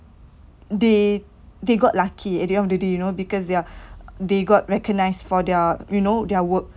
they they got lucky at the end of the day you know because they're they got recognised for their you know their work